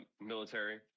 military